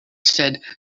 said